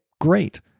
great